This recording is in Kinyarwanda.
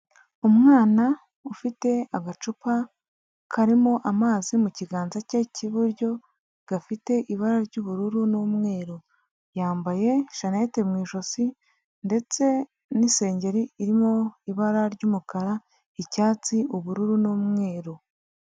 Umwana ufite agacupa karimo amazi mu kiganza cye cy'iburyo, gafite ibara ry'ubururu n'umweru. Yambaye shanete mu ijosi, ndetse n'isengeri irimo ibara ry'umukara, icyatsi, ubururu, n'umweru.